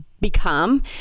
become